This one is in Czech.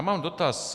Mám dotaz.